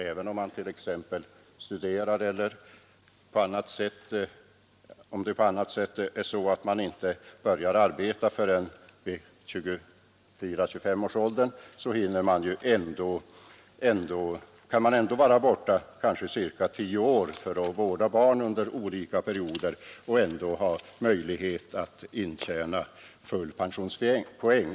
Även om man t.ex. studerar eller om man av andra orsaker inte börjar arbeta förrän vid 24 eller 25 års ålder så kan man vara borta ca 10 år för att vårda barn under olika perioder och ändå ha möjlighet att intjäna full pensionspoäng.